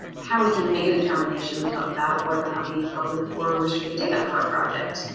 how we can make a determination about whether or not we need public or restricted data for a project.